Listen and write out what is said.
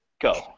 Go